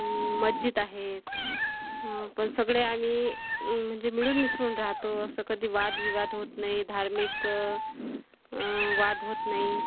मज्जिद आहे पण सगळे आम्ही म्हणजे मिळून मिसळून राहतो असं कधी वादविवाद होत नाही धार्मिक वाद होत नाही